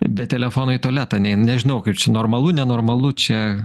be telefono į tualetą nein nežinau kaip čia normalu nenormalu čia